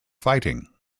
fighting